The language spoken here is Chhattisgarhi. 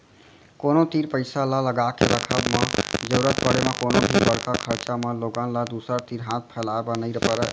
कोनो तीर पइसा ल लगाके रखब म जरुरत पड़े म कोनो भी बड़का खरचा म लोगन ल दूसर तीर हाथ फैलाए बर नइ परय